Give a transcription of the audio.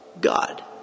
God